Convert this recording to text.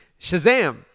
Shazam